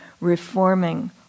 reforming